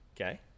Okay